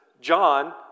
John